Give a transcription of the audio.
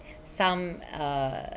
some uh